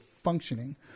functioning